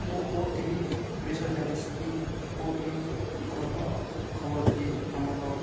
ମୁଁ O TV ବିଷୟ ଜାଣିଛି କିି ଓ ଟିଭି ଭଲ ଖବର ଦିଏ ଆମର